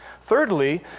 Thirdly